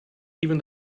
even